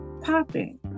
popping